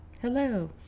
Hello